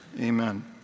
amen